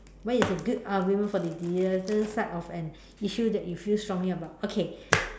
what is a good argument for the other side of an issue that you feel strongly about okay